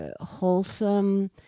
wholesome